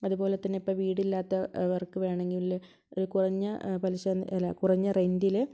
അതുപോലെത്തന്നെ ഇപ്പോൾ വീടില്ലാത്തവർക്ക് വേണമെങ്കിൽ കുറഞ്ഞ ഏ പലിശ അല്ല കുറഞ്ഞ റെൻറ്റിൽ